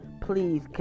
please